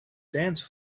dance